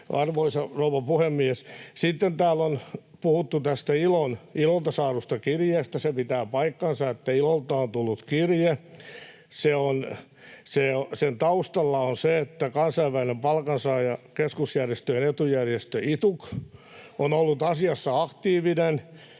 Arvoisa rouva puhemies! Sitten täällä on puhuttu tästä ILOlta saadusta kirjeestä. Pitää paikkansa, että ILOlta on tullut kirje. Sen taustalla on se, että kansainvälinen palkansaajakeskusjärjestöjen etujärjestö ITUC on ollut asiassa aktiivinen.